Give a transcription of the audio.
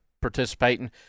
participating